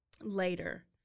later